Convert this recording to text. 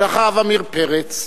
אחריו, עמיר פרץ.